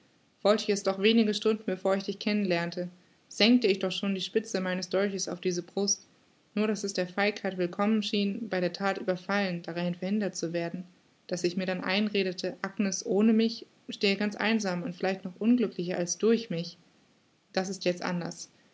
wollt ich es doch wenige stunden bevor ich dich kennen lernte senkte ich doch schon die spitze meines dolches auf diese brust nur daß es der feigheit willkommen schien bei der that überfallen daran verhindert zu werden daß ich mir dann einredete agnes ohne mich stehe ganz einsam und vielleicht noch unglücklicher als durch mich das ist jetzt anders